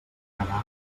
pregar